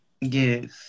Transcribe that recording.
yes